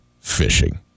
fishing